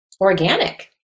organic